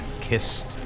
kissed